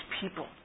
people